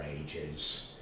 ages